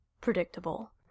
predictable